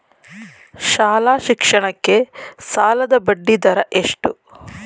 ಶಾಲಾ ಶಿಕ್ಷಣಕ್ಕೆ ಸಾಲದ ಬಡ್ಡಿದರ ಎಷ್ಟು?